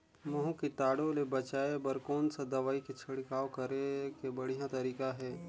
महू कीटाणु ले बचाय बर कोन सा दवाई के छिड़काव करे के बढ़िया तरीका हे?